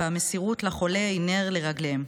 והמסירות לחולה היא נר לרגליהם.